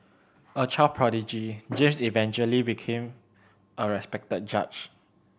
a child prodigy James eventually became a respected judge